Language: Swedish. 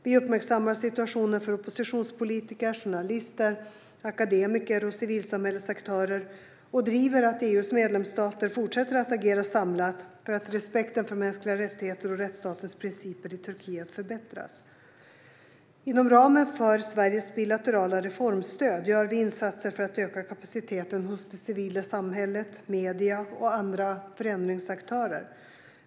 Vi uppmärksammar situationen för oppositionspolitiker, journalister, akademiker och civilsamhällesaktörer och driver på för att EU:s medlemsstater ska fortsätta att agera samlat för att respekten för mänskliga rättigheter och rättsstatens principer i Turkiet ska förbättras. Inom ramen för Sveriges bilaterala reformstöd gör vi insatser för att öka kapaciteten hos det civila samhället, medier och andra förändringsaktörer.